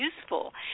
useful